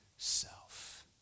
self